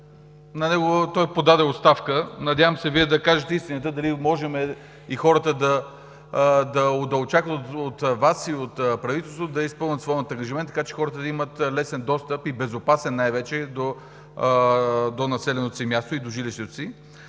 той подаде оставка. Надявам се Вие да кажете истината – дали можем и хората да очакват от Вас и от правителството да изпълните своя ангажимент, така че хората да имат лесен и най-вече безопасен достъп до населеното си място и до жилищата си.